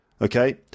Okay